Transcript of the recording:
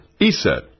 ESET